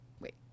Wait